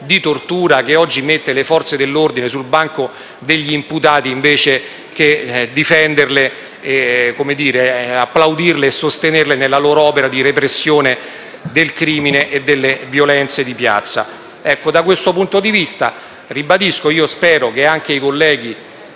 di tortura che oggi mette le Forze dell'ordine sul banco degli imputati invece che difenderle, applaudirle e sostenerle nella loro opera di repressione del crimine e delle violenze di piazza. Ecco, da questo punto di vista, lo ribadisco, io spero che anche i colleghi